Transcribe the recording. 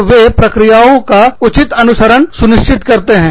और वे प्रक्रियाओं का उचित अनुसरण सुनिश्चित करते हैं